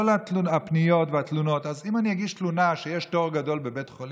כל הפניות והתלונות: אז אם אני אגיש תלונה שיש תור גדול בבית חולים,